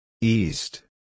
East